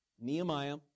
Nehemiah